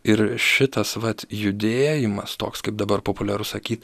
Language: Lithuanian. ir šitas vat judėjimas toks kaip dabar populiaru sakyt